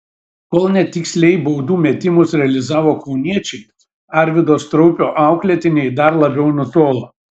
kol netiksliai baudų metimus realizavo kauniečiai arvydo straupio auklėtiniai dar labiau nutolo